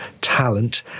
talent